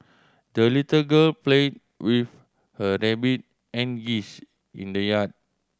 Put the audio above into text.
the little girl played with her rabbit and geese in the yard